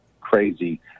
crazy